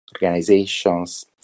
organizations